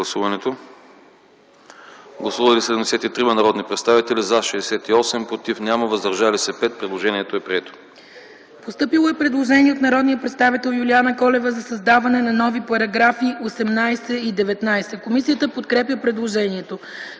Гласували 73 народни представители: за 68, против няма, въздържали се 5. Предложението е прието. ДОКЛАДЧИК ИСКРА ФИДОСОВА: Постъпило е предложение от народния представител Юлиана Колева за създаване на нови параграфи 18 и 19. Комисията подкрепя предложението.